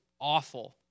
awful